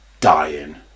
dying